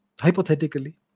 hypothetically